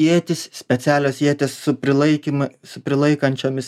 ietys specialios ietys su prilaikymu su prilaikančiomis